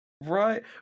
Right